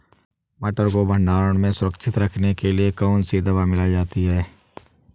मटर को भंडारण में सुरक्षित रखने के लिए कौन सी दवा मिलाई जाती है?